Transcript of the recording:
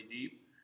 deep